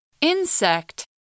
Insect